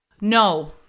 No